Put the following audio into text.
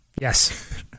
Yes